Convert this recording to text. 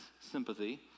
sympathy